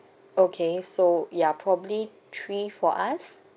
okay so ya probably three for us